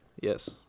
Yes